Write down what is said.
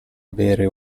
avere